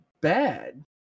bad